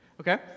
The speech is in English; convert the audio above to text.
Okay